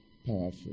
powerful